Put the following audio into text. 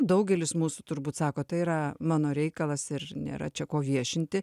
daugelis mūsų turbūt sako tai yra mano reikalas ir nėra čia ko viešinti